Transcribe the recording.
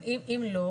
אבל אם לא,